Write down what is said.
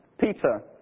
Peter